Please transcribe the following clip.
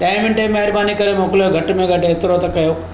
ॾह मिन्टे में महिरबानी करे मोकिलियो घटि में घटि एतिरो त कयो